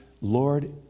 Lord